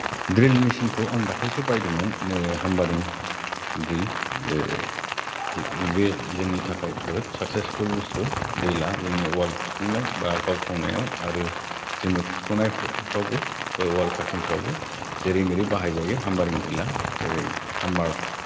द्रिल मेसिनखौ आं दाख्लैसो बायदोंमोन नोरै हामबादिं द्रिल जि बे जोंनि थाखाय बहुद साक्सेफुल बुस्तु द्रिला जोंनि वाल फुथुंनाय बा गावफ्लंनायाव जोङो खुरख'नायफ्रावबो बे वाल कातिंफ्रावबो जेरै मेरै बाहायजायो हामबादिं द्रिला जेरै हाम्मार